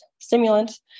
stimulant